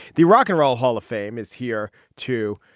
the rock and roll hall of fame is here to.